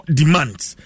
demands